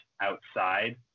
outside